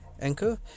anchor